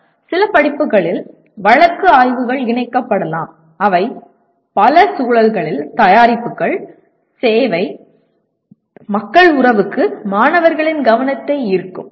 ஒரு வழி என்னவென்றால் சில படிப்புகளில் வழக்கு ஆய்வுகள் இணைக்கப்படலாம் அவை பல சூழல்களில் தயாரிப்புகள் சேவை மக்கள் உறவுக்கு மாணவர்களின் கவனத்தை ஈர்க்கும்